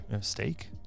Steak